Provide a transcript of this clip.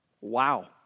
Wow